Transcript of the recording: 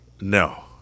No